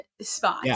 spot